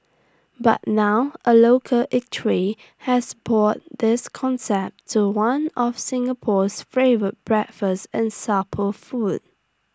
but now A local eatery has brought this concept to one of Singapore's favourite breakfast and supper food